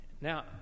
Now